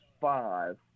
five